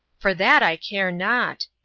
for that i care not.